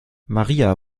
maria